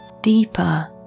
Deeper